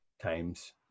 times